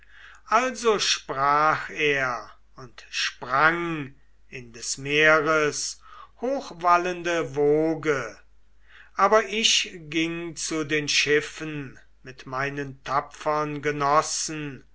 also sprach er und sprang in des meeres hochwallende woge aber ich ging zu den schiffen mit meinen tapfern genossen